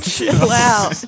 Wow